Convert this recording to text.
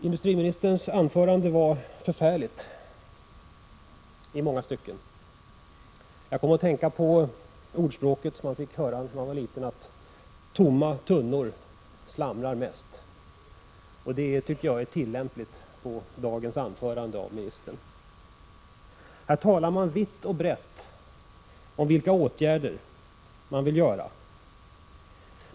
Industriministerns anförande var förfärande i många stycken. Jag kom att tänka på ett ordspråk som man fick höra när man var liten — att tomma tunnor slamrar mest. Det tycker jag är tillämpligt på dagens anförande av ministern. Här talar man vitt och brett om vilka åtgärder man vill vidta.